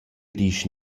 disch